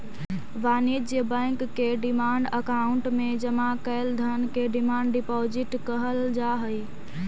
वाणिज्य बैंक के डिमांड अकाउंट में जमा कैल धन के डिमांड डिपॉजिट कहल जा हई